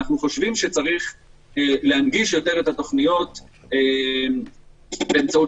צריך להנגיש להם את התוכניות באמצעות